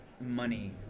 money